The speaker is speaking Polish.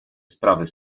sprawy